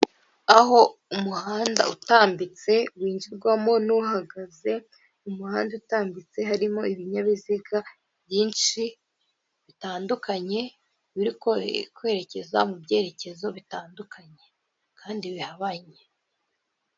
Aho umuhanda utambitse winjirwamo n'uhagaze, mu muhanda utambitse harimo ibinyabiziga byinshi bitandukanye, biri kwerekeza mu byerekezo bitandukanye, kandi bihabanye.